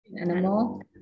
animal